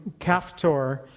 Kaftor